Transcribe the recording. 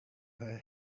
her